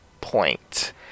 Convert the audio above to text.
point